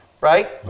Right